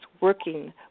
working